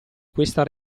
questa